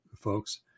folks